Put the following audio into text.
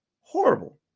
Horrible